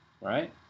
right